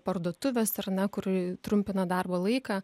parduotuvės ar ne kur trumpina darbo laiką